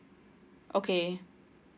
okay